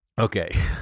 Okay